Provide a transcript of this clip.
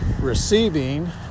receiving